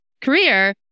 career